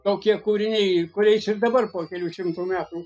tokie kūriniai kuriais ir dabar po kelių šimtų metų